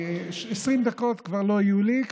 20 דקות כבר לא יהיו לי.